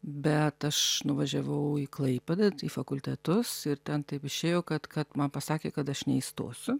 bet aš nuvažiavau į klaipėdą tai fakultetus ir ten taip išėjo kad kad man pasakė kad aš neįstosiu